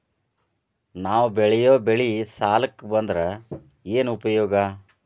ನಾವ್ ಬೆಳೆಯೊ ಬೆಳಿ ಸಾಲಕ ಬಂದ್ರ ಏನ್ ಉಪಯೋಗ?